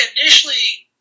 initially